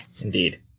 Indeed